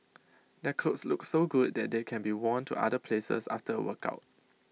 their clothes look so good that they can be worn to other places after A workout